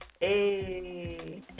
Hey